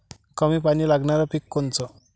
कमी पानी लागनारं पिक कोनचं?